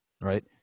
Right